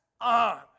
on